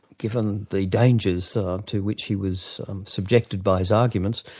given the dangers to which he was subjected by his arguments,